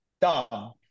dumb